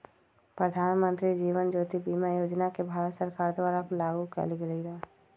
प्रधानमंत्री जीवन ज्योति बीमा योजना के भारत सरकार द्वारा लागू कएल गेलई र